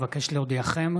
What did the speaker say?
אבקש להודיעכם,